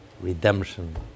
redemption